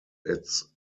its